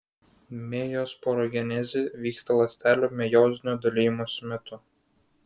mejosporogenezė vyksta ląstelių mejozinio dalijimosi metu